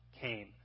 came